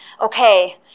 okay